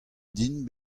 din